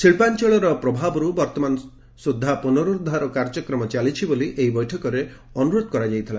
ଶିଳ୍ପାଞ୍ଚଳର ପ୍ରଭାବରୁ ବର୍ତ୍ତମାନ ସୁଦ୍ଧା ପୁନରୁଦ୍ଧାର କାର୍ଯ୍ୟକ୍ରମ ଚାଲିଛି ବୋଲି ଏହି ବୈଠକରେ ଅନୁରୋଧ କରାଯାଇଥିଲା